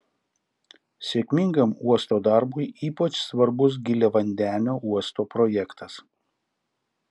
sėkmingam uosto darbui ypač svarbus giliavandenio uosto projektas